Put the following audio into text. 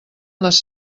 les